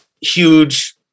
huge